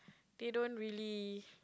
they don't really